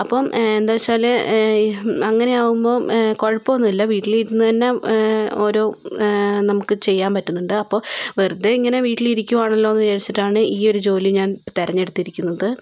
അപ്പം എന്താന്ന് വച്ചാല് അങ്ങനെ ആകുമ്പോൾ കുഴപ്പമൊന്നുമില്ല വീട്ടില് ഇരുന്ന് തന്നേ ഓരോ നമുക്ക് ചെയ്യാൻ പറ്റുന്നുണ്ട് അപ്പോൾ വെറുതെ ഇങ്ങനെ വീട്ടിൽ ഇരിക്കുവാണല്ലോ എന്ന് വിചാരിച്ചിട്ടാണ് ഈ ഒരു ജോലി ഞാൻ തിരഞ്ഞെടുത്തിരിക്കുന്നത്